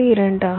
2 ஆகும்